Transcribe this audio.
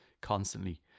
constantly